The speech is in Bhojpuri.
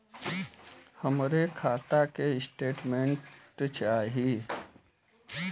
हमरे खाता के स्टेटमेंट चाही?